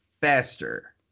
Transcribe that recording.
faster